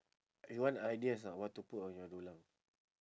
you want ideas or not what to put on your dulang